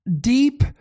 Deep